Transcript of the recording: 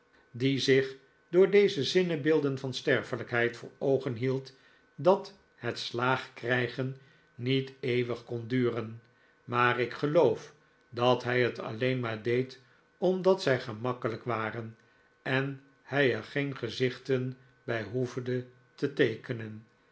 die zich door deze zinnebeelden van sterfelijkheid voor oogen hield dat het slaagkrijgen niet eeuwig kon duren maar ik geloof dat hij het alleen maar deed omdat zij gemakkelijk waren en hij er geen gezichten bij hoefde te teekenen